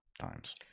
times